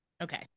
Okay